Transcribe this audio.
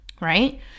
right